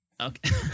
Okay